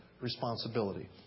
responsibility